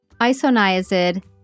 isoniazid